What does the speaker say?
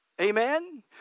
Amen